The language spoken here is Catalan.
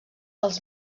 els